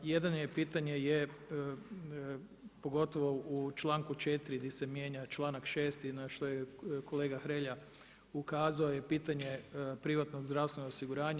Jedno pitanje je pogotovo u članku 4. gdje se mijenja članak 6. na što je kolega Hrelja ukazao je pitanje privatnog zdravstvenog osiguranja.